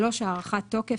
3. הארכת תוקף.